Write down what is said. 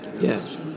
Yes